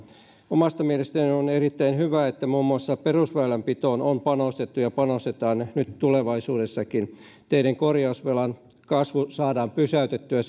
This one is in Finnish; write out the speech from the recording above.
omasta mielestäni on erittäin hyvä että muun muassa perusväylänpitoon on panostettu ja panostetaan nyt tulevaisuudessakin teiden korjausvelan kasvu saadaan pysäytettyä